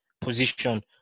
position